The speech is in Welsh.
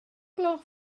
gloch